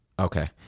okay